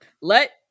Let